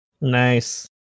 Nice